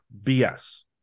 BS